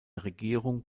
regierung